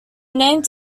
named